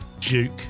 duke